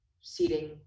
seating